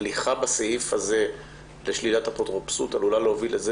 הליכה בסעיף הזה לשלילת אפוטרופסות עלולה להוביל לזה